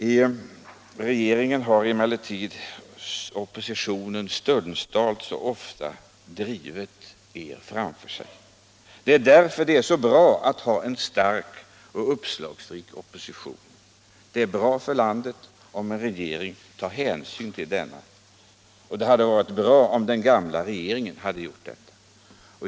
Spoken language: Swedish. Oppositionen har emellertid ofta drivit på regeringen. Det är därför som det är så bra att ha en stark och uppslagsrik opposition. Det är bra för landet om en regering tar hänsyn till den, och det hade varit bra om den gamla regeringen hade gjort det.